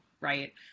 right